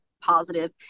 positive